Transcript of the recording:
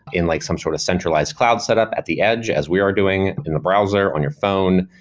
in like some sort of centralized cloud setup at the edge as we are doing, in the browser, on your phone.